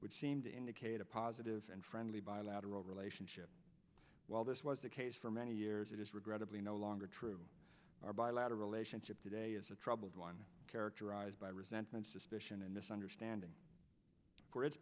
would seem to indicate a positive and friendly bilateral relationship while this was the case for many years it is regrettably no longer true our bilateral relationship today is a troubled one characterized by resentment suspicion and misunderstanding for its